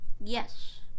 Yes